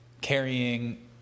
carrying